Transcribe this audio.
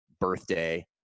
birthday